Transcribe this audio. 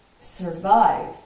survive